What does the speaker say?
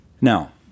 Now